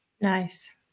Nice